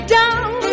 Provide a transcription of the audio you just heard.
down